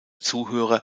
zuhörer